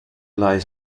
lies